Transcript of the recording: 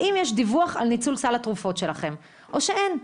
האם יש דיווח על ניצול סל התרופות שלכם, או שאין?